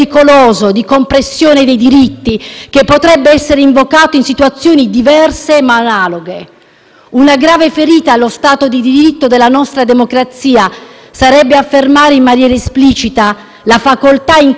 una grave ferita allo Stato di diritto della nostra democrazia affermare in maniera esplicita la facoltà, in capo a un Ministro, di derogare alle leggi nazionali e internazionali cui tutti siamo sottoposti,